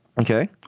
Okay